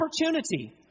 opportunity